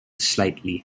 slightly